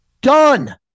done